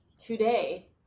today